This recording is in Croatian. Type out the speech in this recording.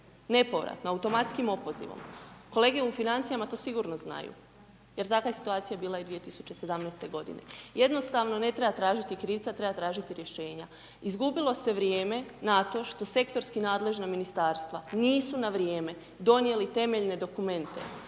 nepovratno, automatskim opozivom. Kolege u financijama to sigurno znaju, jer takva je situacija bila i 2017. godine. Jednostavno ne treba tražiti krivca, treba tražiti rješenja. Izgubilo se vrijeme na to što sektorski nadležna Ministarstva nisu na vrijeme donijeli temeljne dokumente,